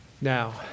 Now